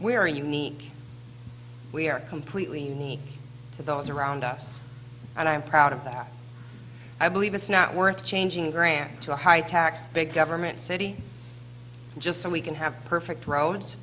are unique we are completely those around us and i'm proud of that i believe it's not worth changing grand to high tax big government city just so we can have perfect roads